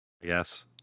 Yes